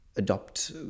adopt